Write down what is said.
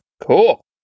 Cool